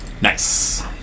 Nice